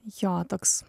jo toks